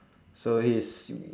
so he's